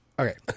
Okay